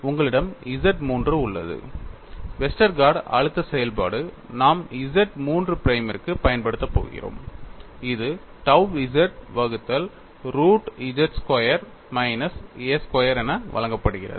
உங்களிடம் Z III உள்ளது Westergaard அழுத்த செயல்பாடு நாம் Z III பிரைமிற்கு பயன்படுத்தப் போகிறோம் இது tau z வகுத்தல் root z square minus a square என வழங்கப்படுகிறது